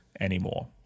Anymore